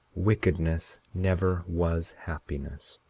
wickedness never was happiness.